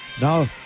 Now